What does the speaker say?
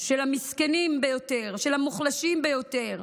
של המסכנים ביותר, של המוחלשים ביותר,